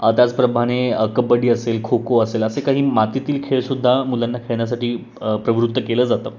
त्याचप्रमाणे कबड्डी असेल खो खो असेल असे काही मातीतील खेळ सुद्धा मुलांना खेळण्यासाठी प्रवृत्त केलं जातं